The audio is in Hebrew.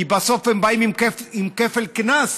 כי בסוף הם באים עם כפל קנס,